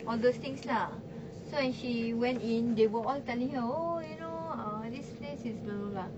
all those things lah so and she went in they were all telling her oh you know uh this place is blah blah blah